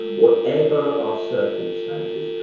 whatever our circumstances,